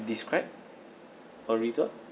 describe a resort